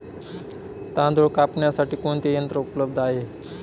तांदूळ कापण्यासाठी कोणते यंत्र उपलब्ध आहे?